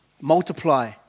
multiply